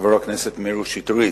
חבר הכנסת מאיר שטרית,